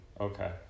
Okay